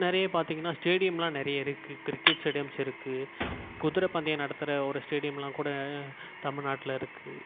நிறைய பார்த்திங்கனா ஸ்டேடியம்லாம் நிறைய இருக்குது கிரிக்கெட் ஸ்டேடியம்ஸ் இருக்குது குதிரை பந்தயம் நடத்துகிற ஒரு ஸ்டேடியம்லாம் கூட தமிழ்நாட்ல இருக்குது